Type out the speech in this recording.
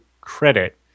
credit